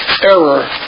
error